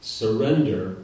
surrender